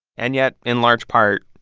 and yet, in large part,